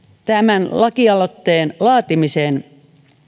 tämän lakialoitteen laatimiseen